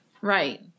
Right